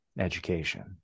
education